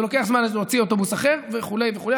ולוקח זמן להוציא אוטובוס אחר וכו' וכו'.